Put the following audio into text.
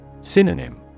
Synonym